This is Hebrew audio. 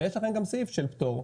ויש לכם גם סעיף של פטור,